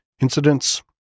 incidents